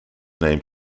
named